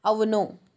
అవును